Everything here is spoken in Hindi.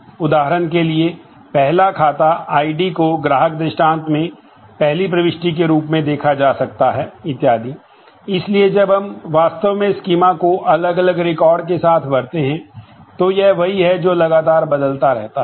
उदाहरण के लिए पहला खाता आईडी के साथ भरते हैं तो यह वही है जो लगातार बदलता रहता है